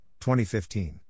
2015